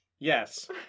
Yes